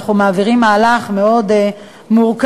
אנחנו מעבירים מהלך מאוד מורכב,